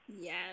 Yes